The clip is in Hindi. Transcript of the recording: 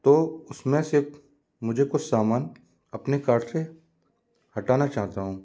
तो उस में से मुझे कुछ सामान अपने कार्ट से हटाना चाहता हूँ